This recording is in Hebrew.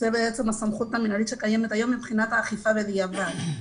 שזו הסמכות המינהלית שקיימת היום מבחינת האכיפה בדיעבד.